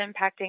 impacting